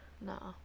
No